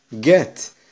get